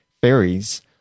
fairies